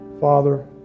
Father